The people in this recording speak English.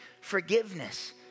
forgiveness